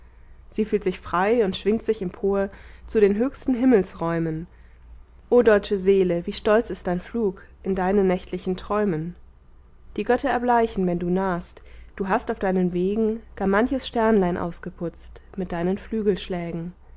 sie fühlt sich frei und schwingt sich empor zu den höchsten himmelsräumen o deutsche seele wie stolz ist dein flug in deinen nächtlichen träumen die götter erbleichen wenn du nahst du hast auf deinen wegen gar manches sternlein ausgeputzt mit deinen flügelschlägen